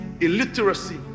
illiteracy